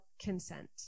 consent